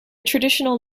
traditional